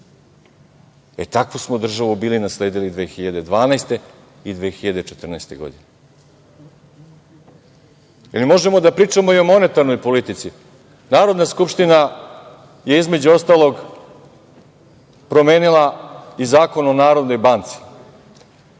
E takvu smo državu bili nasledili 2012. i 2014. godine. Možemo da pričamo i o monetarnoj politici. Narodna skupština je između ostalog promenila i Zakon o Narodnoj banci.